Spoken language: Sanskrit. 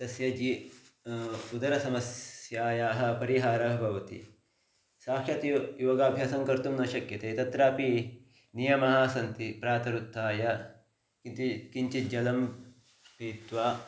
तस्य जी उदरसमस्यायाः परिहारः भवति साक्षात् यो योगाभ्यासं कर्तुं न शक्यते तत्रापि नियमाः सन्ति प्रातरुत्थाय किन्तु किञ्चित् जलं पीत्वा